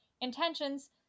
intentions